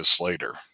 later